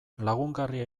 lagungarria